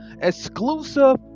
exclusive